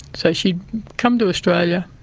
so she'd come to australia,